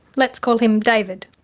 let's call him david,